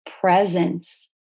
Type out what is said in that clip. presence